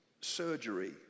surgery